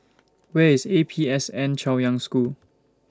Where IS A P S N Chaoyang School